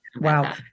Wow